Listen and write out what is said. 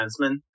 defenseman